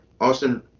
Austin